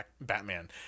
Batman